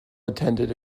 attended